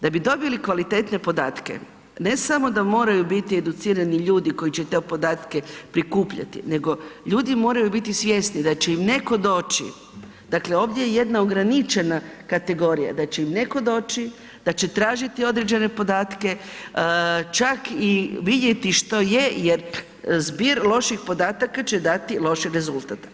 Da bi dobili kvalitetne podatke, ne samo da moraju biti educirani ljudi koji će te podatke prikupljati, nego ljudi moraju biti svjesni da će im netko doći, dakle, ovdje je jedna ograničena kategorija, da će im netko doći, da će tražiti određene podatke, čak i vidjeti što je jer zbir loših podataka će dati loš rezultat.